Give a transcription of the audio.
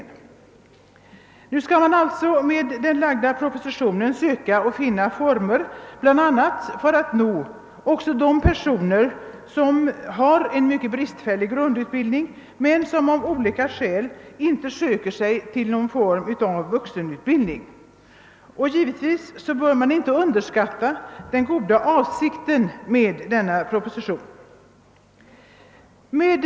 Nu skall man alltså med den framlagda propositionen försöka finna former bl.a. för att nå också de personer som har en bristfällig grundutbildning men som av olika skäl inte söker sig till någon form av vuxenutbildning. Givetvis bör den goda avsikten med denna proposition inte underskattas.